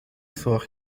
سرخ